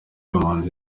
kamanzi